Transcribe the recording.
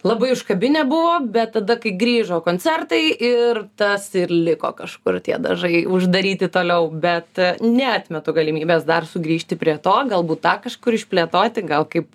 labai užkabinę buvo bet tada kai grįžo koncertai ir tas ir liko kažkur tie dažai uždaryti toliau bet neatmetu galimybės dar sugrįžti prie to galbūt tą kažkur išplėtoti gal kaip